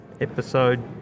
episode